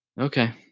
Okay